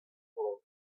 slowly